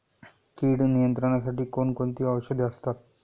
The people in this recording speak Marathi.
कीड नियंत्रणासाठी कोण कोणती औषधे असतात?